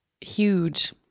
huge